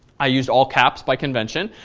i use all caps by convention.